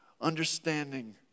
understanding